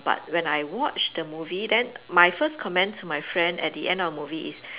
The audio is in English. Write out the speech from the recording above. but when I watched the movie then my first comments to my friend at the end of the movie is